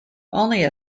only